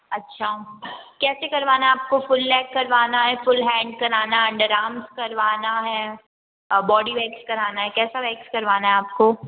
अच्छा कैसे करवाना है आपको फुल लेग करवाना है फुल हेन्ड कराना है अंडर आर्म्स करवाना है और बॉडी वेक्स कराना है कैसा वेक्स करवाना है आपको